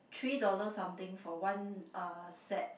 three dollar something for one uh set